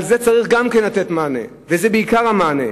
על זה צריך לתת מענה, וזה בעיקר המענה,